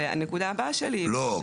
והנקודה הבאה שלי --- לא,